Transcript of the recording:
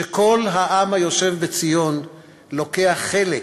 שכל העם היושב בציון לוקח חלק